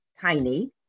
tiny